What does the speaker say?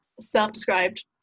self-described